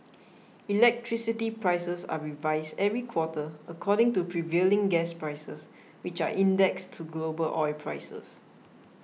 electricity prices are revised every quarter according to prevailing gas prices which are indexed to global oil prices